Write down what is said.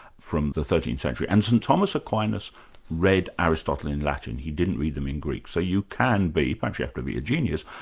from the thirteenth century. and st thomas aquinas read aristotle in latin, he didn't read them in greek, so you can be um you actually have to be a genius,